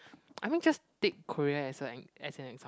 I mean just take Korea as a e~ as an exam